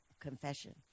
confession